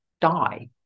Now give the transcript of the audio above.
die